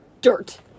dirt